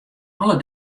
alle